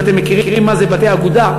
אם אתם מכירים מה זה בתי אגודה,